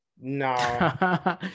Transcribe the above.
No